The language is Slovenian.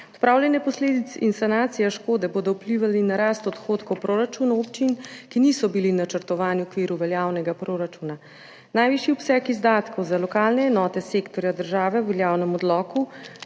Odpravljanje posledic in sanacija škode bodo vplivali na rast odhodkov proračunov občin, ki niso bili načrtovani v okviru veljavnega proračuna. Najvišji obseg izdatkov za lokalne enote sektorja država v veljavnem odloku